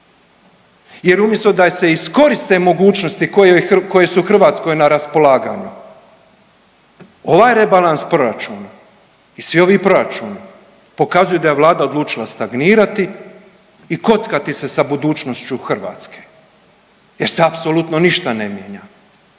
jer umjesto da se iskoriste mogućnosti koje su Hrvatskoj na raspolaganju ovaj rebalans proračuna i svi ovi proračuni pokazuju da je Vlada odlučila stagnirati i kockati se sa budućnošću Hrvatske jer se apsolutno ništa ne mijenja.